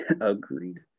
agreed